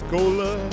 Cola